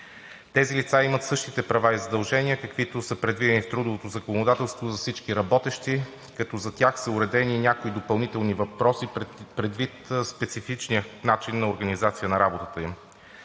Тези лица имат същите права и задължения, каквито са предвидени в трудовото законодателство за всички работещи, като за тях са уредени и някои допълнителни въпроса, предвид специфичния начин на организация на работата им.